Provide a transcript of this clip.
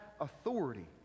authority